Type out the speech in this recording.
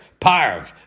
parv